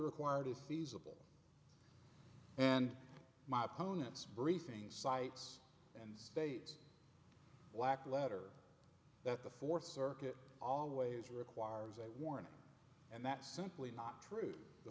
required is feasible and my opponent's bracing sights and states blackletter that the fourth circuit always requires a warrant and that's simply not true the